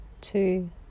two